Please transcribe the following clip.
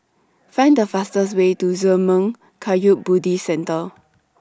Find The fastest Way to Zurmang Kagyud Buddhist Centre